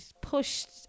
pushed